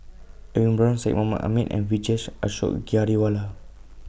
Edwin Brown Syed Mohamed Ahmed and Vijesh Ashok Ghariwala